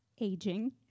aging